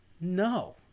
no